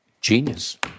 Genius